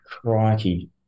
crikey